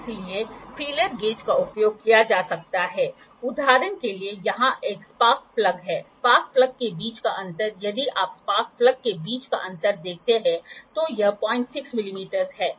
इसलिए feeler gauge का उपयोग किया जा सकता है उदाहरण के लिए यहां एक स्पार्क प्लग है स्पार्क प्लग के बीच का अंतर यदि आप स्पार्क प्लग के बीच का अंतर देखते हैं तो यह 06 मिमी है